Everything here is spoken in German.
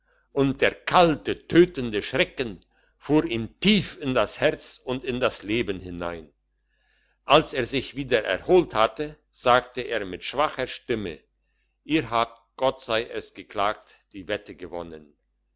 und der kalte tötende schrecken fuhr ihm tief in das herz und in das leben hinein als er sich wieder erholt hatte sagte er mit schwacher stimme ihr habt gott sei es geklagt die wette gewonnen